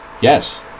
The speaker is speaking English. Yes